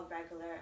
regular